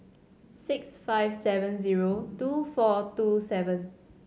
six five seven zero two four two seven